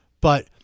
But-